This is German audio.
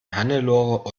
hannelore